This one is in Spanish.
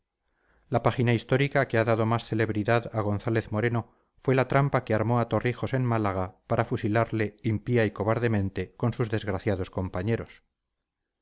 la página histórica que ha dado más celebridad a gonzález moreno fue la trampa que armó a torrijos en málaga para fusilarle impía y cobardemente con sus desgraciados compañeros